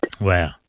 Wow